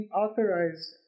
authorized